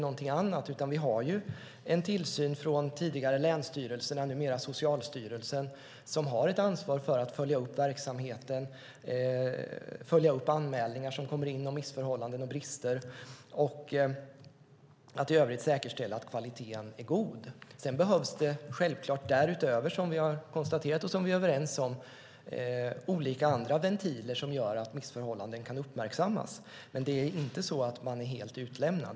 Vi har en tillsyn, tidigare från länsstyrelserna, numera från Socialstyrelsen, som har ett ansvar för att följa upp verksamheten, att följa upp anmälningar om missförhållanden och brister och att i övrigt säkerställa att kvaliteten är god. Sedan behövs det självklart därutöver, vilket vi är överens om, olika andra ventiler för att missförhållanden ska kunna uppmärksammas. Men det är inte så att man är helt utlämnad.